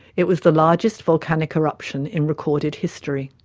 it was the largest volcanic eruption in recorded history.